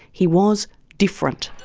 he was different.